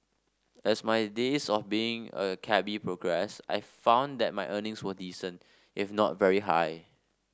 as my days of being a cabby progressed I found that my earnings were decent if not very high